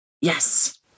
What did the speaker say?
Yes